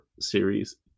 series